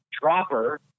dropper